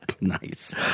Nice